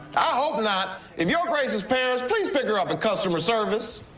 i hope not. if you're grace's parents, please pick her up a customer service.